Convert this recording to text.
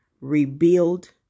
rebuild